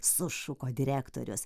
sušuko direktorius